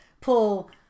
pull